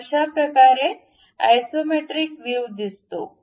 तर अशाप्रकारे isometric view दिसतो